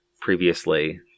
previously